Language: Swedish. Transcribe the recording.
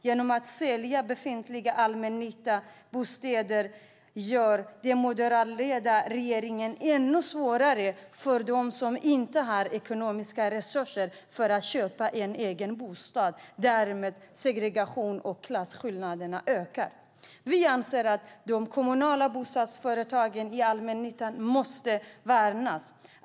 Genom att sälja befintliga bostäder i allmännyttan gör den moderatledda regeringen det ännu svårare för dem som inte har ekonomiska resurser att köpa en egen bostad. Därmed ökar segregationen och klasskillnaderna. Vi anser att de kommunala bostadsföretagen i allmännyttan måste värnas.